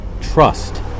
trust